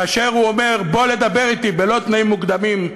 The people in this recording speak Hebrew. כאשר הוא אומר: בוא לדבר אתי בלא תנאים מוקדמים,